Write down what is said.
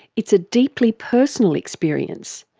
it's a deeply personal experience,